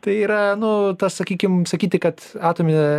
tai yra nu tas sakykim sakyti kad atominė